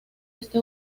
este